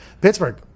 Pittsburgh